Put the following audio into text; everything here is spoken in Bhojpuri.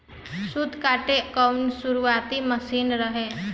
सूत काते कअ शुरुआती मशीन रहे